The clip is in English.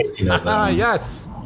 Yes